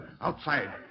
Outside